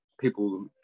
people